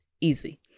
easy